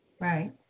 Right